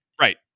Right